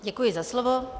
Děkuji za slovo.